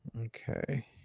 Okay